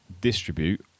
distribute